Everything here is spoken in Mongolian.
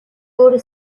өөрөө